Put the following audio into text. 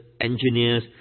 engineers